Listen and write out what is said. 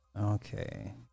Okay